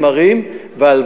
ערים שלא התקדמנו בהן.